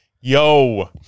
Yo